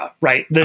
right